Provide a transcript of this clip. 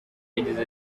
yagize